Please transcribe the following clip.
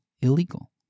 illegal